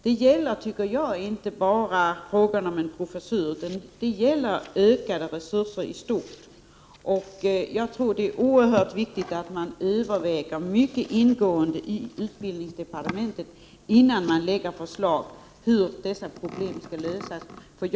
Det gäller, tycker jag, inte bara frågan om en professur utan det gäller ökade resurser i stort. Det är oerhört viktigt att man i utbildningsdepartementet mycket ingående överväger hur dessa problem skall lösas innan man lägger fram förslag.